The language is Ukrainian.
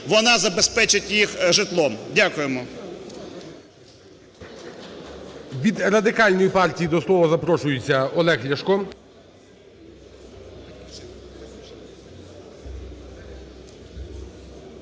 вона забезпечить їх житлом. Дякуємо.